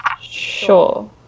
sure